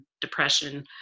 depression